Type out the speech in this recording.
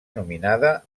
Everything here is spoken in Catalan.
nominada